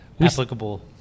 applicable